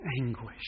anguish